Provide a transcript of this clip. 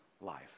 life